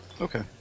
Okay